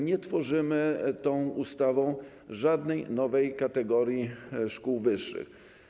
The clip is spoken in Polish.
Nie tworzymy tą ustawą żadnej nowej kategorii szkół wyższych.